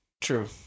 True